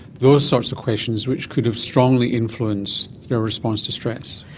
those sorts of questions which could have strongly influenced their response to stress?